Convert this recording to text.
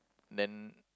then